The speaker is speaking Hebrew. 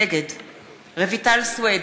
נגד רויטל סויד,